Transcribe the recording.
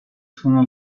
tonal